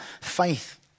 faith